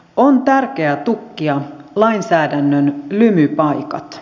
on tärkeää tukkia lainsäädännön lymypaikat